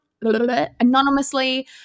anonymously